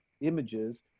images